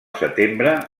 setembre